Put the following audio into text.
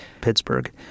Pittsburgh